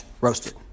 roasted